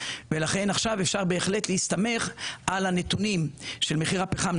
ולכן עכשיו בהחלט אפשר להסתמך על הנתונים של מחיר הפחם,